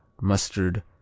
mustard